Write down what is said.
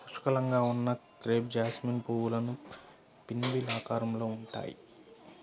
పుష్కలంగా ఉన్న crepe jasmine పువ్వులు పిన్వీల్ ఆకారంలో ఉంటాయి